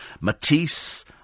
Matisse